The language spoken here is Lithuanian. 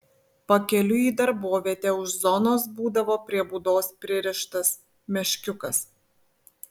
pakeliui į darbovietę už zonos būdavo prie būdos pririštas meškiukas